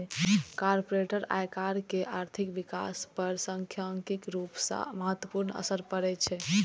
corporate आयकर के आर्थिक विकास पर सांख्यिकीय रूप सं महत्वपूर्ण असर पड़ै छै